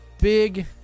Big